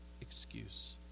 excuse